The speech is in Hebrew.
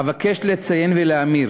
אבקש לציין ולהבהיר,